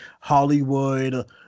Hollywood